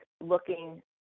looking